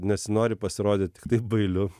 nesinori pasirodyt bailiu